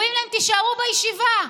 אומרים להם: תישארו בישיבה,